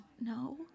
No